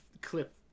clip